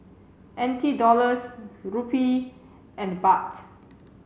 N T Dollars Rupee and Baht